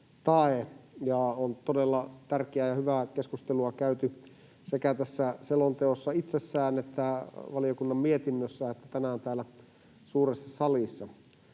On todella tärkeää ja hyvää keskustelua käyty sekä tässä selonteossa itsessään että valiokunnan mietinnössä että tänään täällä suuressa salissa.